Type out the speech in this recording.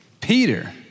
Peter